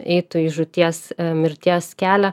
eitų į žūties mirties kelią